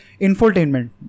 infotainment